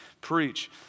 preach